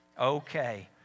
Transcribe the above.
Okay